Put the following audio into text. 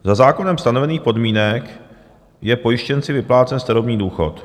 Za zákonem stanovených podmínek je pojištěnci vyplácen starobní důchod.